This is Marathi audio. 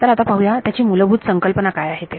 तर आता पाहूया त्याची मूलभूत संकल्पना काय आहे ते